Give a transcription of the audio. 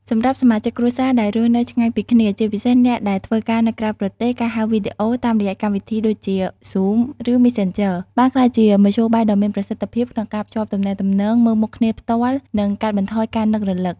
សម្រាប់សមាជិកគ្រួសារដែលរស់នៅឆ្ងាយពីគ្នា ជាពិសេសអ្នកដែលធ្វើការនៅក្រៅប្រទេស ការហៅវីដេអូ តាមរយៈកម្មវិធីដូចជា Zoom ឬ Messenger បានក្លាយជាមធ្យោបាយដ៏មានប្រសិទ្ធភាពក្នុងការភ្ជាប់ទំនាក់ទំនងមើលមុខគ្នាផ្ទាល់ និងកាត់បន្ថយការនឹករលឹក។